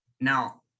Now